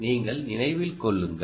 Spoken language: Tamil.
நீங்கள் நினைவில் கொள்ளுங்கள்